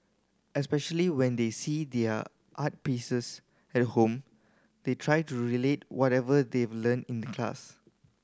especially when they see their art pieces at home they try to relate whatever they've learnt in the class